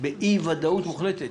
באי ודאות מוחלטת.